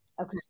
Okay